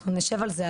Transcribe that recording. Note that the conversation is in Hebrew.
אנחנו נשב על זה,